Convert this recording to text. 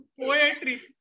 Poetry